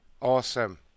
Awesome